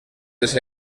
les